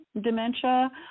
dementia